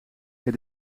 het